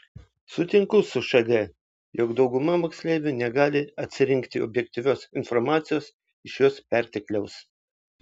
sutinku su šg jog dauguma moksleivių negali atsirinkti objektyvios informacijos iš jos pertekliaus